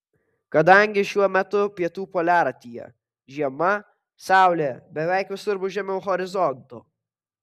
kadangi šiuo metu pietų poliaratyje žiema saulė beveik visur bus žemiau horizonto